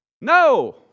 No